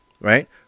right